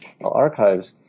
archives